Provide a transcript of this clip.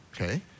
okay